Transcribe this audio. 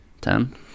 ten